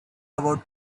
about